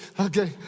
okay